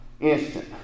Instant